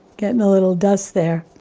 getting a little dust there,